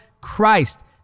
Christ